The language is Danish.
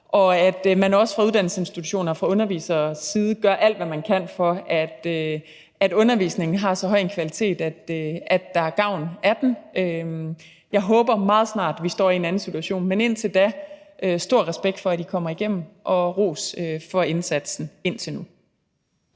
og at man også fra uddannelsesinstitutionernes og undervisernes side gør alt, hvad man kan, for at undervisningen har så høj en kvalitet, at der er gavn af den. Jeg håber meget snart, vi står i en anden situation. Men indtil da vil jeg udtrykke stor respekt for, at I kommer igennem, og ros for indsatsen indtil nu.